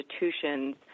institutions